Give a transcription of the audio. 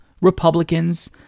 Republicans